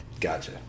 Gotcha